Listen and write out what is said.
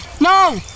No